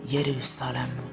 Jerusalem